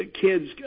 kids